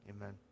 amen